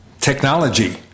technology